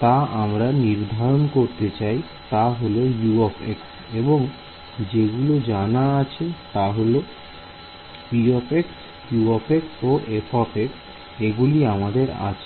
যা তোমরা নির্ধারণ করতে চাই তা হল U এবং যেগুলো জানা আছে তাহলে p q ও f এগুলি আমাদের আছে